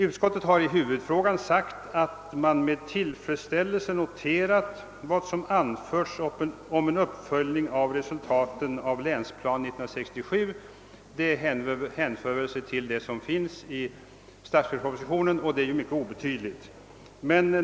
Utskottet har i huvudfrågan sagt att det med tillfredsställelse noterar vad som anförts om en uppföljning av resultaten av länsplanering 1967. Uttalandet hänför sig till vad som står i statsverkspropositionen och det är inte så mycket.